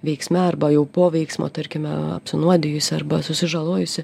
veiksme arba jau po veiksmo tarkime apsinuodijusį arba susižalojusį